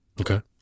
Okay